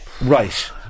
Right